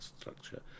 structure